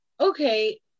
Okay